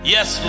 Yes